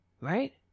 right